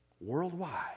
worldwide